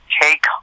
take